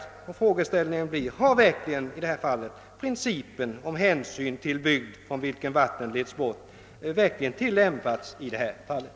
Frågeställningen blir ju om man i detta fall verkligen har tillämpat principen om att hänsyn skall tas till den bygd från vilken vattnet leds bort.